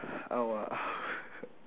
I want I w~